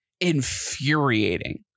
infuriating